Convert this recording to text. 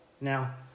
Now